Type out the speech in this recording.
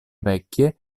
vecchie